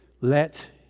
let